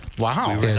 Wow